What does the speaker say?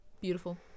beautiful